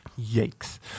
Yikes